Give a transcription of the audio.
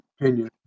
opinion